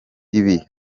ibi